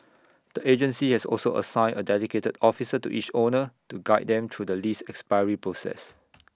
the agency has also assigned A dedicated officer to each owner to guide them through the lease expiry process